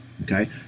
Okay